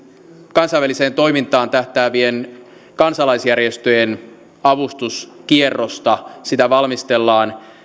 kansainväliseen toimintaan tähtäävien kansalaisjärjestöjen avustuskierrosta sitä valmistellaan